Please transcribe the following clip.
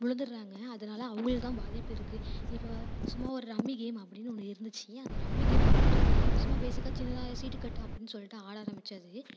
விழுந்துர்றாங்க அதனால அவங்களுக்குதான் பாதிப்பு இருக்குது இப்போ சும்மா ஒரு ரம்மி கேம் அப்படின்னு ஒன்று இருந்துச்சு அந்த ரம்மி கேம் வந்துட்டு சும்மா பேஸிக்கா சின்னதாக சீட்டு கட்டு அப்படின்னு சொல்லிட்டு ஆட ஆரம்பிச்சது